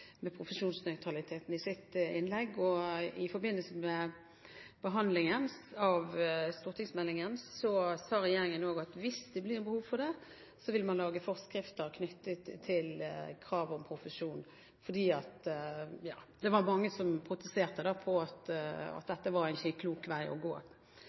med profesjonsnøytralitet i sitt innlegg. I forbindelse med behandlingen av stortingsmeldingen sa regjeringen også at hvis det blir behov for det, vil man lage forskrifter knyttet til kravet om profesjon. Det var mange som protesterte på at dette ikke var en klok vei å gå.